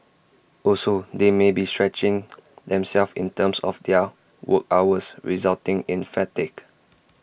also they may be stretching themselves in terms of their work hours resulting in fatigue